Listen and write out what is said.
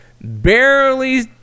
barely